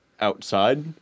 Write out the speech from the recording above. outside